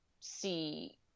see